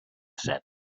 set